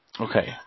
Okay